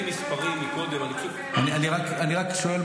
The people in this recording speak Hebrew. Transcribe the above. --- על אני לא יודעת כמה --- יישובים.